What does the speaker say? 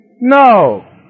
No